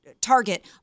target